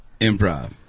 Improv